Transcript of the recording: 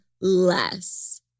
less